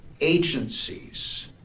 agencies